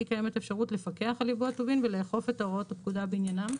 קיימת אפשרות לפקח על ייבוא הטובין ולאכוף את הוראות הפקודה בעניינם".